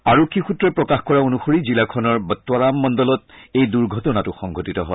আৰক্ষী সূত্ৰই প্ৰকাশ কৰা অনুসৰি জিলাখনৰ বত্বাৰাম মণ্ডলত এই দুৰ্ঘটনাটো সংঘটিত হয়